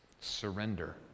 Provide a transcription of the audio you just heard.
surrender